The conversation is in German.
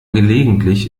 gelegentlich